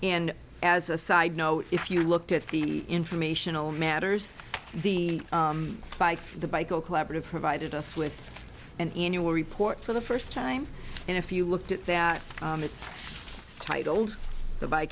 and as a side note if you looked at the informational matters by the bye go collaborative provided us with an annual report for the first time and if you looked at that it's titled the by